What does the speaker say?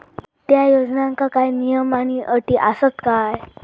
त्या योजनांका काय नियम आणि अटी आसत काय?